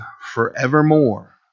forevermore